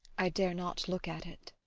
i dare not look at it.